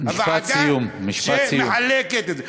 הוועדה שמחלקת את זה.